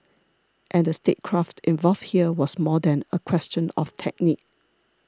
and the statecraft involved here was more than a question of technique